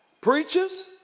preachers